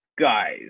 guys